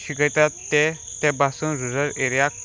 शिकयतात ते ते पसून रुरल एरियाक